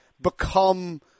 become